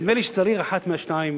נדמה לי שצריך אחד מהשניים,